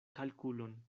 kalkulon